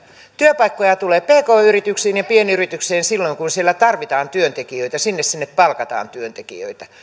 työpaikkoja tulee pk yrityksiin ja pienyrityksiin silloin kun siellä tarvitaan työntekijöitä silloin sinne palkataan työntekijöitä